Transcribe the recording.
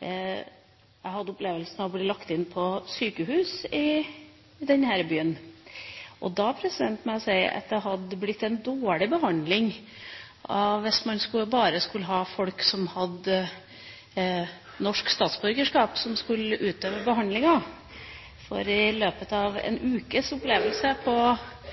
Jeg hadde opplevelsen av å bli lagt inn på sykehus i denne byen, og jeg må si at det hadde blitt en dårlig behandling hvis man bare skulle ha folk med norsk statsborgerskap til å utøve behandlinga, for i løpet av en ukes opphold på